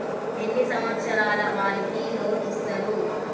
ఎన్ని సంవత్సరాల వారికి లోన్ ఇస్తరు?